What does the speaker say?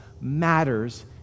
matters